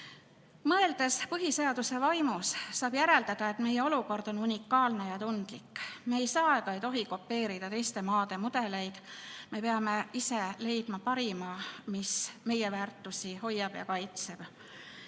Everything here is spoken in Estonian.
Mõeldes põhiseaduse vaimus, saab järeldada, et meie olukord on unikaalne ja tundlik. Me ei saa ega ei tohi kopeerida teiste maade mudeleid. Me peame ise leidma parima, mis meie väärtusi hoiab ja kaitseb.